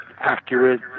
accurate